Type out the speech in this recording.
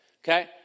Okay